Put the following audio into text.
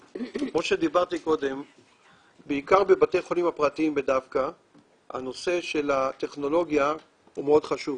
זאת אומרת שהוא לוקח על עצמו שאם תהיה התקפה אז הוא יותר חשוף